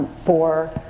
for,